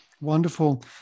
Wonderful